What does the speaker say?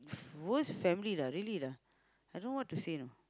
worst family lah really lah I don't know what to say you know